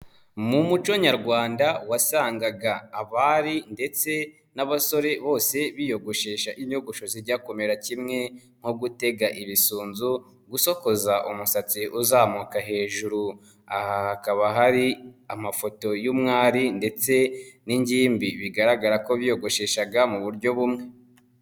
Mu muco nyarwanda wasangaga abari ndetse n'abasore bose biyogoshesha inyogosho zijya kumerara kimwe nko gutega ibisuzu, gusokoza umusatsi uzamuka hejuru. Aha hakaba hari amafoto y'umwari ndetse n'ingimbi bigaragara ko biyogosheshaga mu buryo bumwe.